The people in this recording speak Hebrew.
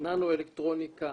ננו אלקטרוניקה,